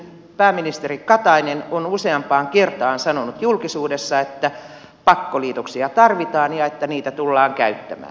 pääministeri katainen on useampaan kertaan sanonut julkisuudessa että pakkoliitoksia tarvitaan ja että niitä tullaan käyttämään